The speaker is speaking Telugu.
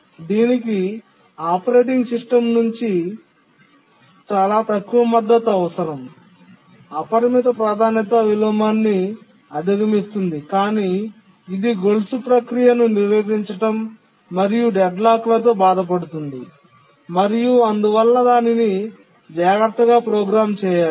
దీనికి ఆపరేటింగ్ సిస్టమ్ నుండి చాలా తక్కువ మద్దతు అవసరం అపరిమిత ప్రాధాన్యత విలోమాన్ని అధిగమిస్తుంది కాని అది గొలుసు ప్రక్రియను నిరోధించడం మరియు డెడ్లాక్లతో బాధపడుతుంది మరియు అందువల్ల దానిని జాగ్రత్తగా ప్రోగ్రామ్ చేయాలి